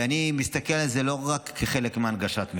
ואני מסתכל על זה לא רק כעל חלק מהנגשת מידע,